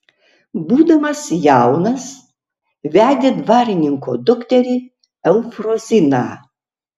būdamas jaunas vedė dvarininko dukterį eufroziną